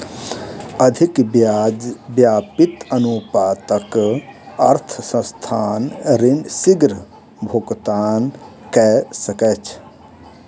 अधिक ब्याज व्याप्ति अनुपातक अर्थ संस्थान ऋण शीग्र भुगतान कय सकैछ